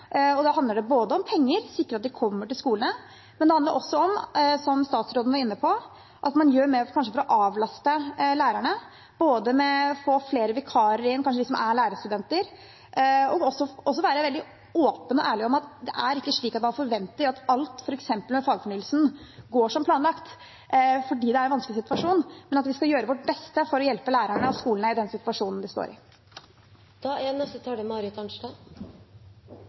Da handler det om penger og om å sikre at de kommer fram til skolene, men det handler også om, som statsråden var inne på, at man kanskje gjør mer for å avlaste lærerne, både ved å få inn flere vikarer – kanskje lærerstudenter – og ved å være åpen og ærlig om at man ikke forventer at alt med f.eks. fagfornyelsen går som planlagt. Dette er en vanskelig situasjon, men vi skal gjøre vårt beste for å hjelpe lærerne og skolene i den situasjonen de står i. Aller først er